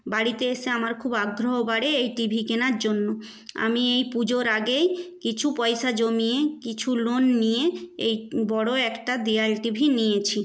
বাড়িতে এসে আমার খুব আগ্রহ বাড়ে এই টিভি কেনার জন্য আমি এই পুজোর আগেই কিছু পয়সা জমিয়ে কিছু লোন নিয়ে এই বড় একটা দেওয়াল টিভি নিয়েছি